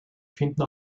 finden